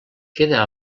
queda